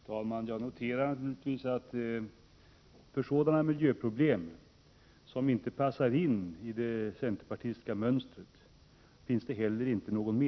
Herr talman! Jag noterar att det inom centern inte finns någon medvetenhet för sådana miljöproblem som inte passar in i det centerpartistiska mönstret.